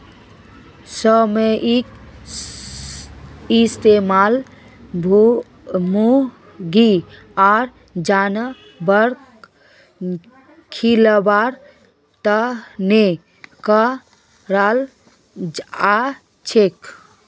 मखईर इस्तमाल मुर्गी आर जानवरक खिलव्वार तने कराल जाछेक